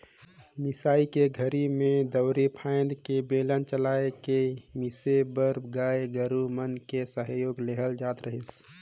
मिसई के घरी में दउंरी फ़ायन्द के बेलन चलाय के मिसे बर गाय गोरु मन के सहयोग लेहल जात रहीस